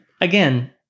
again